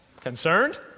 concerned